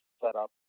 setup